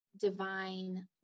divine